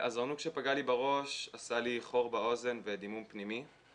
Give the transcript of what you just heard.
אני חושבת שבשעה 24:00, בין שעה